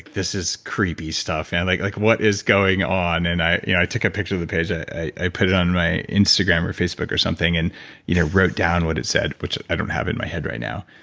this is creepy stuff. and like like what is going on? and i you know i took a picture of the page. i i put it on my instagram or facebook or something and you know wrote down what it said, which i don't have it in my head right now.